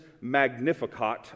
Magnificat